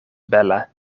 bela